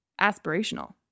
aspirational